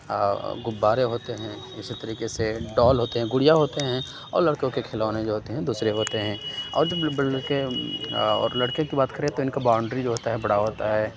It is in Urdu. غبّارے ہوتے ہیں اِسی طریقے سے ڈول ہوتے ہیں گڑیا ہوتے ہیں اور لڑکوں کے کھلونے جو ہوتے ہیں دوسرے ہوتے ہیں اور جب لڑکے اور لڑکے کی بات کریں تو اِن کا باونڈری جو ہوتا ہے بڑا ہوتا ہے